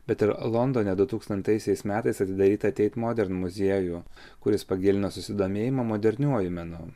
bet ir londone du tūkstantaisiais metais atidarytą teit modern muziejų kuris pagilino susidomėjimą moderniuoju menu